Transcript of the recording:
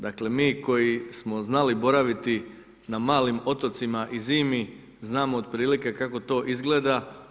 Dakle mi koji smo znali boraviti na malim otocima i zimi znamo otprilike kako to izgleda.